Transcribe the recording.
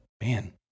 man